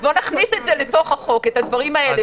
אז בוא נכניס את הדברים האלה לתוך החוק.